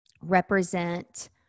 represent